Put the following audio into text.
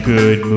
Good